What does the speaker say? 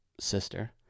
sister